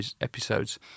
episodes